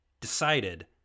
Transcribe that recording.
decided